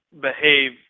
behave